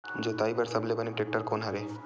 जोताई बर सबले बने टेक्टर कोन हरे?